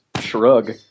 shrug